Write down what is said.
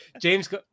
James